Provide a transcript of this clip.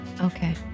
Okay